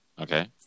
Okay